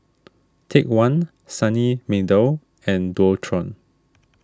Take one Sunny Meadow and Dualtron